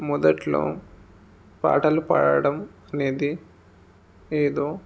మొదట్లో పాటలు పాడడం అనేది ఏదో